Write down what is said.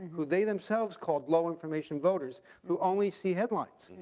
who they themselves called low information voters who only see headlines.